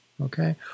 okay